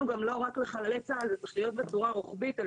ואנחנו לא המרכז הרפואי היחיד אבל אנחנו מרכז רפואי